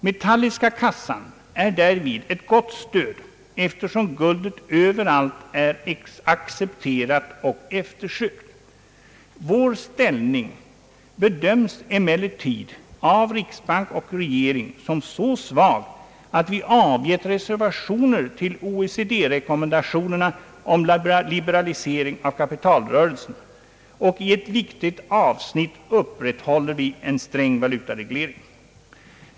Metalliska kassan är därvid ett gott stöd eftersom guldet överallt är accepterat och eftersökt. Vår ställning bedöms emellertid av riksbank och regering som så svag att vi avgett reservationer till OECD-rekommendationerna om liberalisering av kapitalrörelserna, och i ett viktigt avsnitt upprätthåller vi därmed en sträng valutareglering.